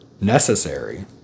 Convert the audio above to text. necessary